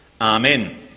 Amen